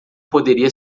poderia